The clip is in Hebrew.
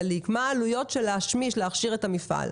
מה העלויות להכשרת המפעל?